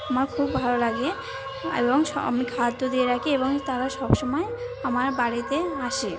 আমার খুব ভালো লাগে এবং আমি খাদ্য দিয়ে রাখি এবং তারা সবসময় আমার বাড়িতে আসে